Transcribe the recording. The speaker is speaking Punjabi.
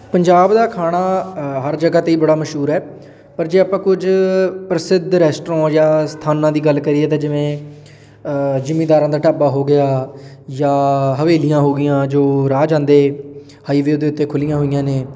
ਪੰਜਾਬ ਦਾ ਖਾਣਾ ਹਰ ਜਗ੍ਹਾ 'ਤੇ ਹੀ ਬੜਾ ਮਸ਼ਹੂਰ ਹੈ ਪਰ ਜੇ ਆਪਾਂ ਕੁਝ ਪ੍ਰਸਿੱਧ ਰੈਸਟੋਰੋਂ ਜਾਂ ਸਥਾਨਾਂ ਦੀ ਗੱਲ ਕਰੀਏ ਤਾਂ ਜਿਵੇਂ ਜ਼ਿਮੀਦਾਰਾਂ ਦਾ ਢਾਬਾ ਹੋ ਗਿਆ ਜਾਂ ਹਵੇਲੀਆਂ ਹੋ ਗਈਆਂ ਜੋ ਰਾਹ ਜਾਂਦੇ ਹਾਈਵੇ ਦੇ ਉੱਤੇ ਖੁੱਲ੍ਹੀਆਂ ਹੋਈਆਂ ਨੇ